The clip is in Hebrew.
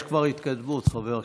יש כבר התקדמות, חבר הכנסת.